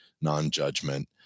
non-judgment